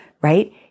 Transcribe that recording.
right